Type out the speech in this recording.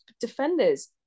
defenders